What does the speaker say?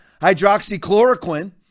hydroxychloroquine